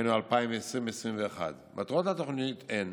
היינו 2020/21. מטרות התוכנית הן